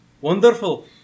Wonderful